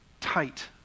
tight